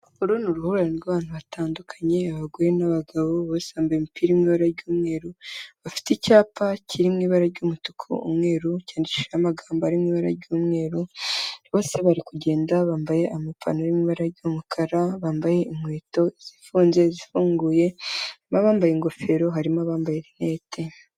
U ni uruhurirane rw'abantu batandukanye abagore n'abagabo, bosesambayeye imipira imwe iba ry'umweru, bafite icyapa kiri mu ibara ry'umutuku, umweru cyandikishijeho amagambo ari mu ibara ry'umweru, bose bari kugenda bambaye amapantaro ari mu ibara ry'umukara, bambaye inkweto zifunze, izifunguye, harimo abambaye ingofero, harimo abambaye rinete.